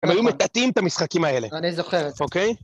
הם היו מטאטאים את המשחקים האלה. אני זוכר. אוקיי?